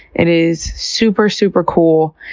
it is super, super cool,